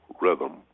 rhythm